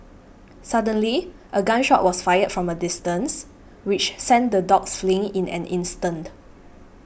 suddenly a gun shot was fired from a distance which sent the dogs fleeing in an instant